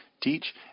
teach